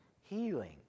healing